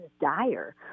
dire